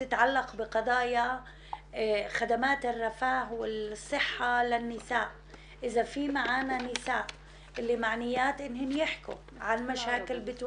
אני אמרתי לנשים שלא יודעות להתבטא